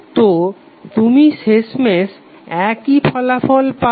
তো তুমি শেষমেশ একই ফলাফল পাবে